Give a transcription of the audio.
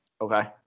Okay